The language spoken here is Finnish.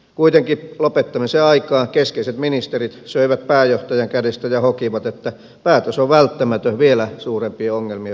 kuitenkin lopettamisen aikaan keskeiset ministerit söivät pääjohtajan kädestä ja hokivat että päätös on välttämätön vielä suurempien ongelmien välttämiseksi